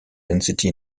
density